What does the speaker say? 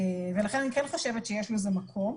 לכן אני כן חושבת שיש לזה מקום.